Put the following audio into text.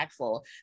impactful